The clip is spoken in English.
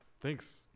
thanks